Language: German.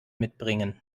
mitbringen